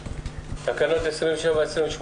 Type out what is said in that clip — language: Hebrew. מי בעד אישור תקנות 27 ו-28?